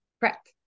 Correct